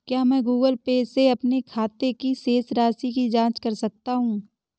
क्या मैं Google Pay से अपने खाते की शेष राशि की जाँच कर सकता हूँ?